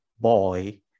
boy